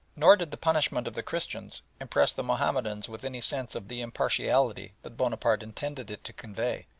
nor did the punishment of the christians impress the mahomedans with any sense of the impartiality that bonaparte intended it to convey,